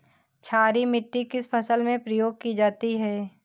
क्षारीय मिट्टी किस फसल में प्रयोग की जाती है?